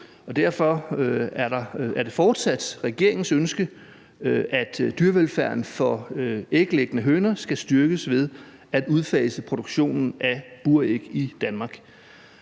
derfor er det fortsat regeringens ønske, at dyrevelfærden for æglæggende høner skal styrkes ved at udfase produktionen af buræg i Danmark.